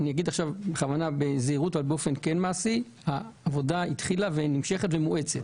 אני אומר בזהירות אבל באופן מעשי שהעבודה התחילה ונמשכת ומואצת.